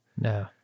No